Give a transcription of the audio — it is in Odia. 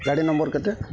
ଗାଡ଼ି ନମ୍ବର କେତେ